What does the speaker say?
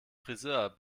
frisör